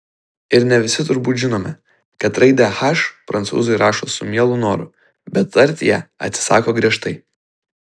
ir ne visi turbūt žinome kad raidę h prancūzai rašo su mielu noru bet tarti ją atsisako griežtai